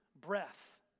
breath